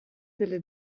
delle